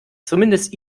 zumindest